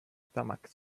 stomach